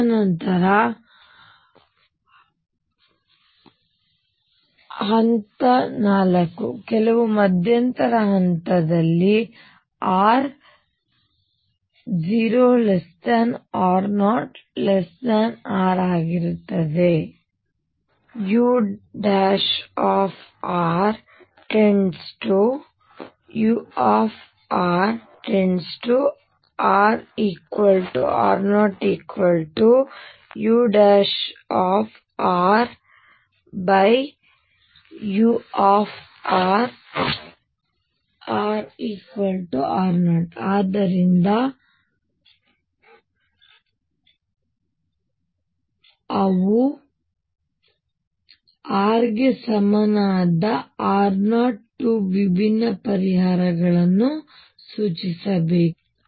ತದನಂತರ ಹಂತ 4 ಕೆಲವು ಮಧ್ಯಂತರ ಹಂತದಲ್ಲಿ r 0r0Rಆಗಿರುತ್ತದೆ ur→ur→ |rr0uur← |rr0 ಆದ್ದರಿಂದ ಅವರು r ಗೆ ಸಮನಾದr0 2 ವಿಭಿನ್ನ ಪರಿಹಾರಗಳನ್ನು ಸೂಚಿಸಬೇಕು